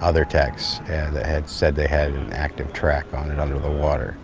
other techs that had said they had an active track on it under the water.